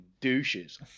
douches